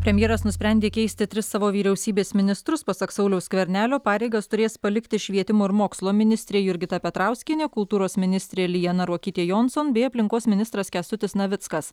premjeras nusprendė keisti tris savo vyriausybės ministrus pasak sauliaus skvernelio pareigas turės palikti švietimo ir mokslo ministrė jurgita petrauskienė kultūros ministrė liana ruokytė jonson bei aplinkos ministras kęstutis navickas